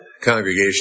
Congregation